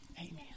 Amen